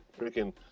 freaking